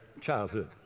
childhood